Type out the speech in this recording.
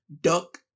duck